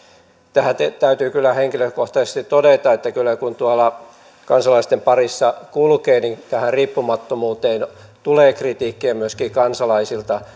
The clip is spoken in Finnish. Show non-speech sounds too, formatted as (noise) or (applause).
tähän täytyy kyllä henkilökohtaisesti todeta että kun tuolla kansalaisten parissa kulkee niin tähän riippumattomuuteen tulee kritiikkiä myöskin kansalaisilta (unintelligible)